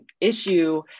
issue